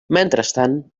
mentrestant